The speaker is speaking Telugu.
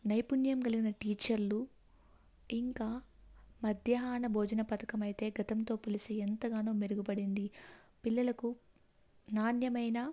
నైపుణ్యం కలిగిన టీచర్లు ఇంకా మధ్యాహ్న భోజన పథకం అయితే గతంతో పోలిస్తే ఎంతగానో మెరుగుపడింది పిల్లలకు నాణ్యమైన